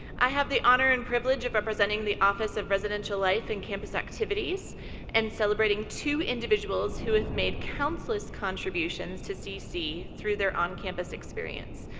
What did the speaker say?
i have the honor and privilege of representing the office of residential life and campus activities and celebrating two individuals who have made countless contributions to cc through their on-campus experience.